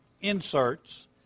inserts